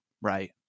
Right